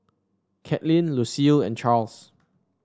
Katlin Lucile and Charles